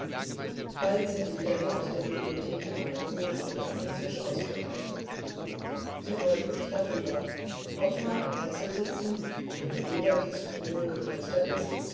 bald sind die pläne aus der bibliothek herbeigeholt und auf dem tisch ausgebreitet sie beugen sich darüber ottmar im sessel sitzend der mit lederkissen wohl gepolstert ist